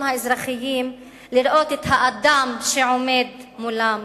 האזרחיים לראות את האדם שעומד מולם.